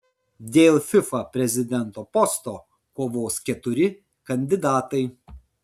dėl fifa prezidento posto kovos keturi kandidatai